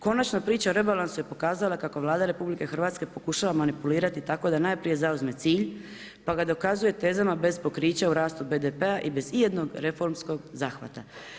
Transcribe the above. Konačno, priča o rebalansu, je pokazala kako Vlada RH, pokušava manipulirati tako da najprije zauzme cilj, pa ga dokazuje tezama bez pokrića u rastu BDP-a i bez ijednog reformskog zahvata.